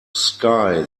sky